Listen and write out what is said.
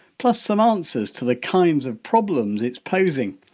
plus, some answers to the kinds of problems it's posing.